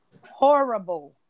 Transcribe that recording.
horrible